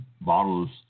bottles